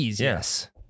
Yes